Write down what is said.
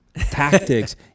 tactics